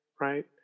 right